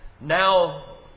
now